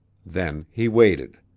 then he waited.